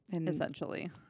Essentially